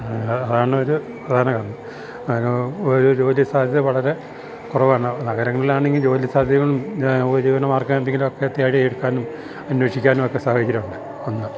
അതാണ് ഒരു പ്രധാന കാരണം ഒരു ഒരു ജോലി സാധ്യത വളരെ കുറവാണ് നഗരങ്ങളിൽ ആണെങ്കിൽ ജോലി സാധ്യയും ഉപജീവനമാർഗ എന്തെങ്കിലും ഒക്കെ തേടി എടുക്കാനും അന്വേഷിക്കാനും ഒക്കെ സഹചര്യമുണ്ട് ഒന്ന്